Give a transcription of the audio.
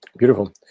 Beautiful